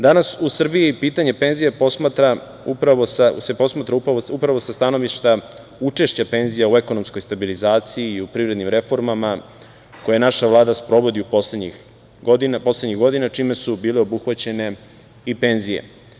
Danas u Srbiji pitanje penzija se posmatra upravo sa stanovišta učešća penzija u ekonomskoj stabilizaciji i u privrednim reformama koje naša Vlada sprovodi poslednjih godina, čime su bile obuhvaćene i penzije.